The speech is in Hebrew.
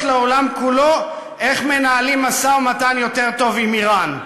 לעולם כולו איך מנהלים משא-ומתן יותר טוב עם איראן.